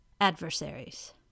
adversaries